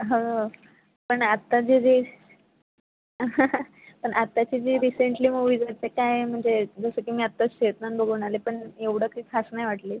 हो पण आत्ताचं जे पण आत्ताची जे रिसेंटली मुवीज आहेत ते काय म्हणजे जसं की मी आत्ताच शैतान बघून आले पण एवढं काही खास नाही वाटली